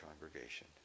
congregation